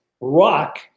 rock